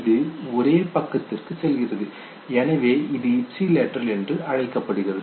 இது ஒரே பக்கத்திற்கு செல்கிறது எனவே இது இப்சிலேட்ரல் என்று அழைக்கப்படுகிறது